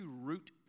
root